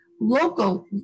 local